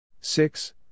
Six